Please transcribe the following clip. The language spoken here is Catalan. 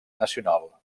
nacional